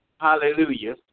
Hallelujah